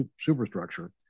superstructure